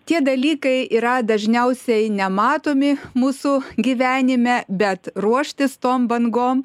tie dalykai yra dažniausiai nematomi mūsų gyvenime bet ruoštis tom bangom